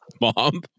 mom